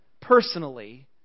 personally